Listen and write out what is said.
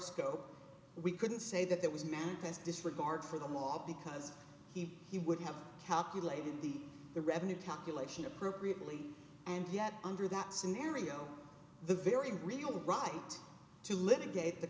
scope we couldn't say that that was manifest disregard for the law because he he would have calculated the the revenue calculation appropriately and yet under that scenario the very real right to litigat